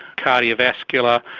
cardiovascular,